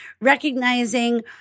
recognizing